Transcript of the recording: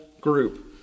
group